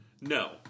No